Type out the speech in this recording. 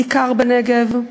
בעיקר בנגב.